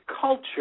culture